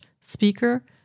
speaker